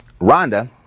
Rhonda